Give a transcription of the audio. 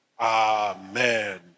Amen